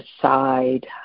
decide